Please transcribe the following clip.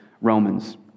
Romans